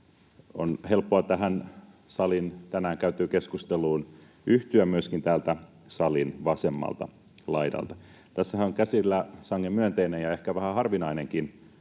On helppoa tänään käytyyn keskusteluun yhtyä myöskin täältä salin vasemmalta laidalta. Tässähän on käsillä sangen myönteinen ja ehkä vähän harvinainenkin